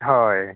ᱦᱳᱭ